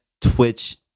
twitch